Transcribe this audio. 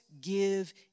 give